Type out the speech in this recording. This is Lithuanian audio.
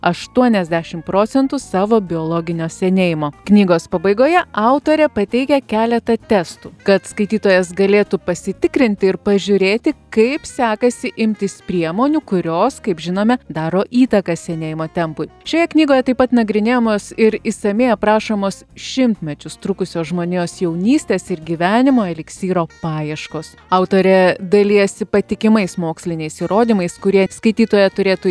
aštuoniasdešim procentų savo biologinio senėjimo knygos pabaigoje autorė pateikia keletą testų kad skaitytojas galėtų pasitikrinti ir pažiūrėti kaip sekasi imtis priemonių kurios kaip žinome daro įtaką senėjimo tempui šioje knygoje taip pat nagrinėjamos ir išsamiai aprašomos šimtmečius trukusio žmonijos jaunystės ir gyvenimo eliksyro paieškos autorė dalijasi patikimais moksliniais įrodymais kurie skaitytoją turėtų